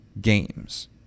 games